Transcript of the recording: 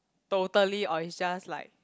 totally or it's just like